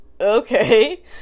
okay